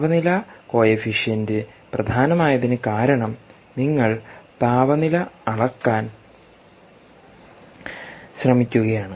താപനില കോഫിഫിഷ്യന്റ് പ്രധാനമായതിന് കാരണം നിങ്ങൾ താപനില അളക്കാൻ ശ്രമിക്കുകയാണ്